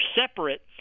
separate